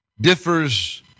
differs